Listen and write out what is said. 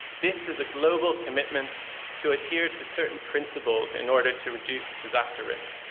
this is a global commitment to adhere to certain principles in order to reduce disaster risk.